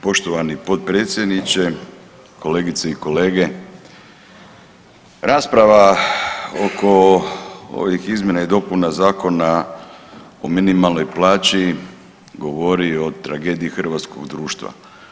Poštovani potpredsjedniče, kolegice i kolege, rasprava oko ovih izmjena i dopuna Zakona o minimalnoj plaći govori o tragediji hrvatskog društva.